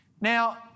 Now